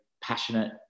passionate